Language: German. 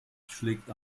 schlägt